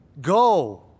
Go